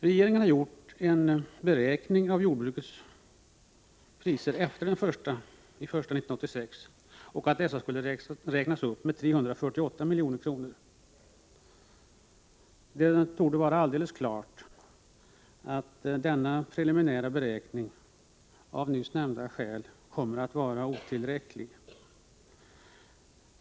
Regeringen har gjort en beräkning av jordbrukets priser efter den 1 januari 1986 och funnit att dessa skall räknas upp med 348 milj.kr. Det torde vara alldeles klart att denna preliminära beräkning av nyss nämnda skäl kommer att vara otillräcklig.